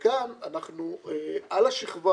וכאן, על השכבה